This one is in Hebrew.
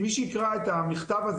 המכתב הזה